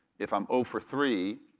if i'm zero for three,